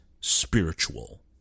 spiritual